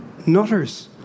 nutters